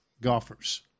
golfers